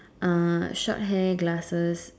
uh short hair glasses